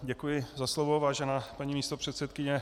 Děkuji za slovo, vážená paní místopředsedkyně.